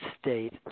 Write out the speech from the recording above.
state